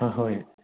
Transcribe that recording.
ꯑꯍꯣꯏ